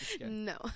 No